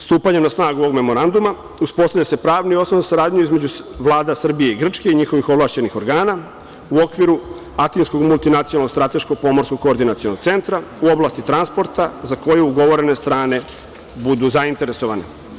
Stupanjem na snagu ovog memoranduma uspostavlja se pravni osnov o saradnji između vlada Srbije i Grčke i njihovih ovlašćenih organa u okviru Atinskog multinacionalnog, strateško-pomorskog koordinacionog centra u oblasti transporta za koju ugovorene strane budu zainteresovane.